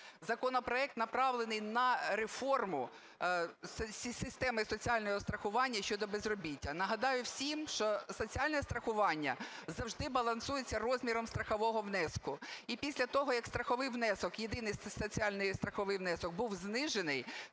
Законопроект направлений на реформу системи соціального страхування щодо безробіття. Нагадую всім, що соціальне страхування завжди балансується розміром страхового внеску. І після того, як страховий внесок, єдиний соціальний страховий внесок був знижений,